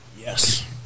Yes